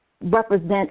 represent